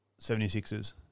76ers